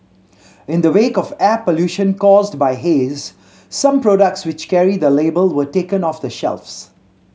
in the wake of air pollution caused by haze some products which carry the label were taken off the shelves